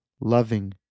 loving